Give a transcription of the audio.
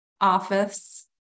office